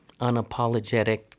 unapologetic